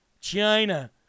China